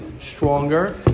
stronger